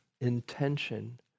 intention